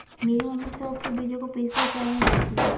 मेरी मम्मी सौंफ के बीजों को पीसकर अचार में डालती हैं